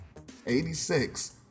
86